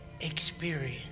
experience